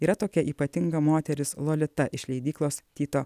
yra tokia ypatinga moteris lolita iš leidyklos tyto